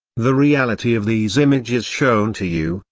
the reality of these images shown to you,